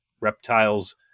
reptiles